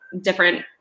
different